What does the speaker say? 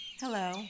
Hello